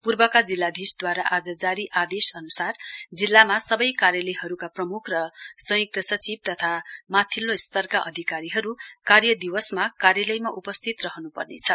पूर्वका जिल्लाधीशद्वारा आज जारी आदेश अनुसार जिल्लामा सबै कार्यालयहरूका प्रमुख र संयुक्त सचिव तथा माथिको स्तरका अधिकारीहरू कार्यदिवसमा कार्यालयमा उपस्थित रहनुपर्नेछ